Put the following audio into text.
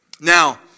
now